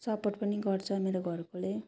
support पनि गर्छ मेरो घरकोले